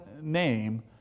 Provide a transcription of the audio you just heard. name